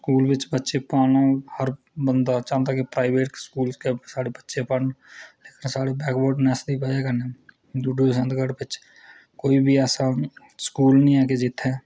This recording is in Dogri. स्कूल बिच बच्चे पाना हर बंदा चाह्ंदा कि ओह्दे बच्चे प्राईवेट पढ़न साढ़ी बैकवर्डनैस दी बजह् कन्नै डूडू बसंत गढ़ बिचैं कोई बी ऐसा स्कूल नीं ऐ जित्थै